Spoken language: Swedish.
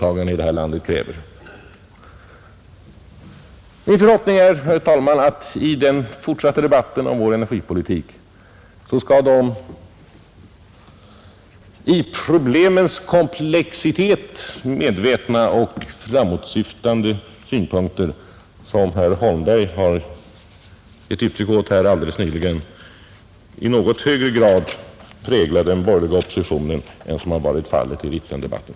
Jag vill mot denna bakgrund uttrycka den förhoppningen att i dessa framtida debatter skall de synpunkter som herr Holmberg har givit uttryck för här alldeles nyligen och som var framåtsyftande och medvetna om problemens komplexitet, prägla den borgerliga oppositionen i något högre grad än som varit fallet i Ritsemdebatten.